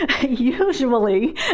Usually